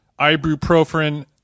ibuprofen